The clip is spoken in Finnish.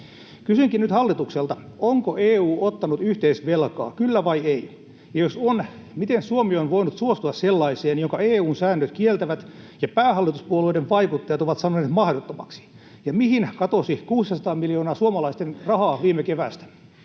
Kysynkin nyt hallitukselta: Onko EU ottanut yhteisvelkaa, kyllä vai ei, ja jos on, miten Suomi on voinut suostua sellaiseen, minkä EU:n säännöt kieltävät ja mitä päähallituspuolueiden vaikuttajat ovat sanoneet mahdottomaksi? Ja mihin katosi viime keväästä 600 miljoonaa suomalaisten rahaa? Pääministeri